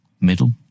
middle